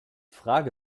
frage